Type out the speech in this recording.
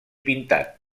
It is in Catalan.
pintat